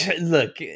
Look